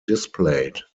displayed